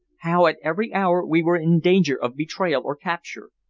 how at every hour we were in danger of betrayal or capture,